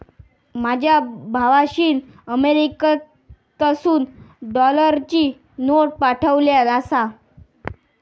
माझ्या भावाशीन अमेरिकेतसून डॉलरची नोट पाठवल्यान आसा